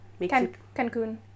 Cancun